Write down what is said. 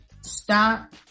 stop